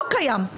לא קיים.